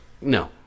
no